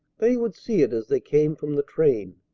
they would see it as they came from the train.